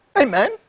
Amen